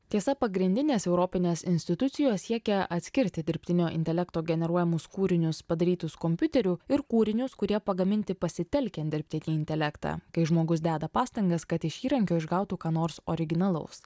tiesa pagrindinės europinės institucijos siekia atskirti dirbtinio intelekto generuojamus kūrinius padarytus kompiuteriu ir kūrinius kurie pagaminti pasitelkiant dirbtinį intelektą kai žmogus deda pastangas kad iš įrankio išgautų ką nors originalaus